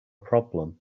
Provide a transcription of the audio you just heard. problem